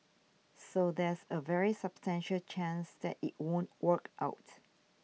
so there's a very substantial chance that it won't work out